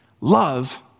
love